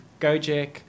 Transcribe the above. Gojek